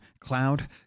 Cloud